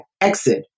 exit